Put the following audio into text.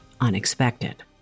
unexpected